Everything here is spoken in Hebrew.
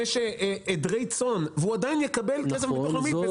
עדרי צאן והוא עדיין יקבל ביטוח לאומי.